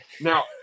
Now